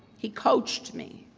he coached me.